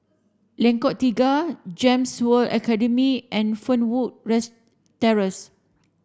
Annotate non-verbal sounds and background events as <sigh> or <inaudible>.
Lengkong Tiga GEMS World Academy and Fernwood <unintelligible> Terrace